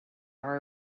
are